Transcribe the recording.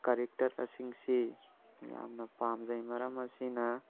ꯀꯔꯦꯛꯇꯔꯁꯤꯡꯁꯤ ꯌꯥꯝꯅ ꯄꯥꯝꯖꯩ ꯃꯔꯝ ꯑꯁꯤꯅ